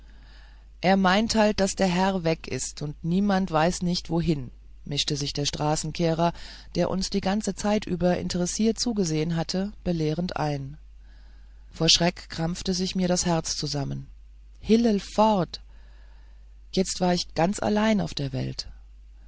er meint halt daß der herr weg ist und niem'd weiß nicht wohin mischte sich der straßenkehrer der uns die ganze zeit über interessiert zugesehen hatte belehrend ein vor schreck krampfte sich mir das herz zusammen hillel fort jetzt war ich ganz allein auf der welt